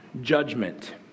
judgment